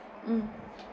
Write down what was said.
mm